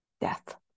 death